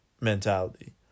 mentality